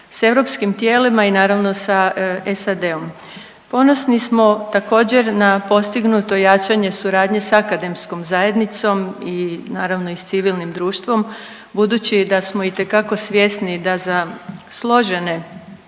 sa europskim tijelima i naravno sa SAD-om. Ponosni smo također na postignuto jačanje suradnje sa akademskom zajednicom i naravno i sa civilnim društvom budući da smo itekako svjesni da za složena